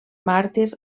màrtir